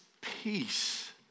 peace